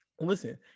Listen